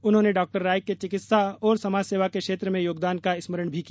उन्होंने डॉ रॉय के चिकित्सा और समाजसेवा के क्षेत्र में योगदान का स्मरण भी किया